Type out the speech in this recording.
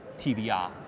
TVR